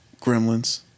Gremlins